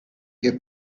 che